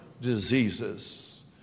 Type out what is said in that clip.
diseases